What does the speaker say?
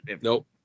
Nope